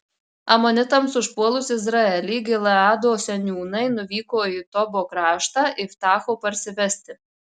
amonitams užpuolus izraelį gileado seniūnai nuvyko į tobo kraštą iftacho parsivesti